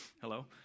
Hello